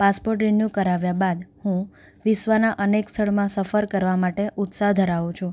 passport renew કરાવ્યા બાદ હું વિશ્વનાં અનેક સ્થળમાં સફર કરવા માટે ઉત્સાહ ધરાવું છું